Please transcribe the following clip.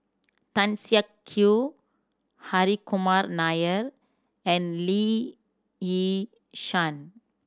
Tan Siak Kew Hri Kumar Nair and Lee Yi Shyan